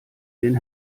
den